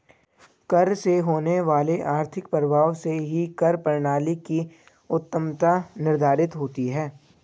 कर से होने वाले आर्थिक प्रभाव से ही कर प्रणाली की उत्तमत्ता निर्धारित होती है